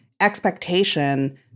expectation